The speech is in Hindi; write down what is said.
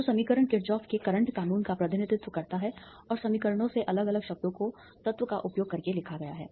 तो समीकरण किरचॉफ के करंट कानून Kirchoffs current law का प्रतिनिधित्व करता है और समीकरणों में अलग अलग शब्दों को तत्व का उपयोग करके लिखा गया है